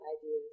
ideas